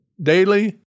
daily